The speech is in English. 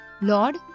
Lord